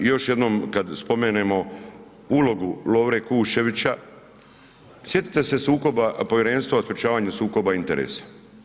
Još jednom kad spomenemo ulogu Lovre Kuščevića, sjetite se sukoba Povjerenstva o sprječavanju sukoba interesa.